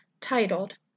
titled